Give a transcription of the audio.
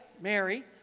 Mary